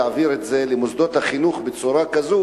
להעביר את זה למוסדות החינוך בצורה כזאת